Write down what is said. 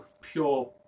pure